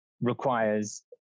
requires